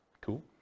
Cool